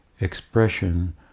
expression